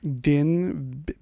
Din